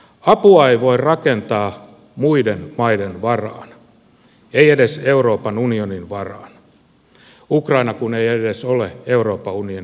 apua ei voi rakentaa muiden maiden varaan ei edes euroopan unionin varaan ukraina kun ei edes ole euroopan unionin jäsen